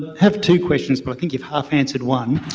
have two questions, but i think you've half-answered one.